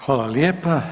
Hvala lijepa.